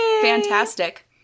Fantastic